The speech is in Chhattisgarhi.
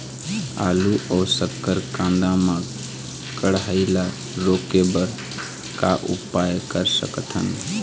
आलू अऊ शक्कर कांदा मा कढ़ाई ला रोके बर का उपाय कर सकथन?